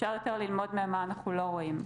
אפשר דווקא יותר ללמוד מהם מה אנחנו לא רואים,